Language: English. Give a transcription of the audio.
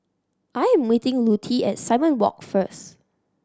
I'm meeting Lutie at Simon Walk first